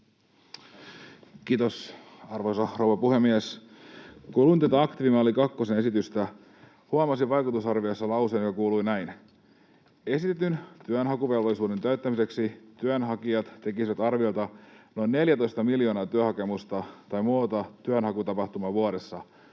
Kiitos, arvoisa rouva puhemies! Kun luin tätä esitystä aktiivimalli kakkosesta, huomasin vaikutusarvioissa lauseen, joka kuului näin: ”Esitetyn työnhakuvelvollisuuden täyttämiseksi työnhakijat tekisivät arviolta noin 14 miljoonaa työhakemusta tai muuta työnhakutapahtumaa vuodessa”